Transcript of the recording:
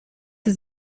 sie